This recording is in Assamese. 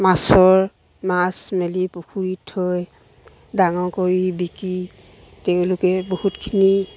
মাছৰ মাছ মেলি পুখুৰীত থৈ ডাঙৰ কৰি বিকি তেওঁলোকে বহুতখিনি